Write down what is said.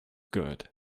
good